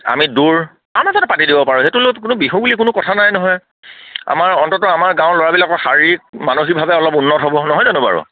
আমি দূৰ আামাৰ মাজতে পাতি দিব পাৰোঁ সেইটো কোনো বিহু বুলি কোনো কথা নাই নহয় আমাৰ অন্ততঃ আমাৰ গাঁৱৰ ল'ৰাবিলাকৰ শাৰীৰিক মানসিকভাৱে অলপ উন্নত হ'ব নহয় জনেনো বাৰু